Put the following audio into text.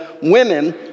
women